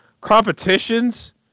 competitions